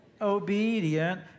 obedient